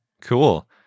cool